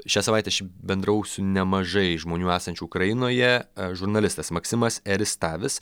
šią savaitę šiaip bendravau su nemažai žmonių esančių ukrainoje žurnalistas maksimas eristavis